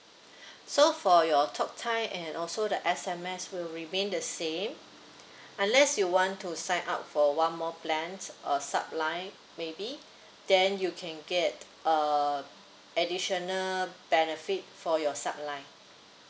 so for your talk time and also the S_M_S will remain the same unless you want to sign up for one more plan a sub line maybe then you can get err additional benefit for your sub line